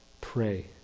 Pray